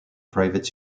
private